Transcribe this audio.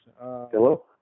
Hello